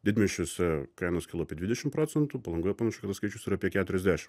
didmiesčiuose kainos kilo apie dvidešim procentų palangoje panašu kad tas skaičius yra apie keturiasdešim